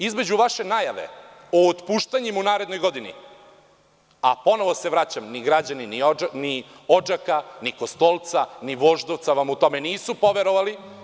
Između vaše najave o otpuštanjima u narednoj godini, a ponovo se vraćam, ni građani Odžaka, ni Kostolca, ni Voždovca vam u tome nisu poverovali.